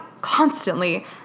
constantly